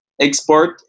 export